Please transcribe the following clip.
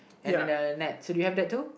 and then uh net do you have that too